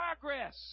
progress